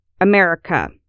America